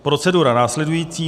Procedura je následující.